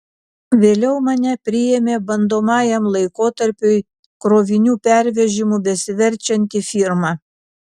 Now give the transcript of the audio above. vėliau mane priėmė bandomajam laikotarpiui krovinių pervežimu besiverčianti firma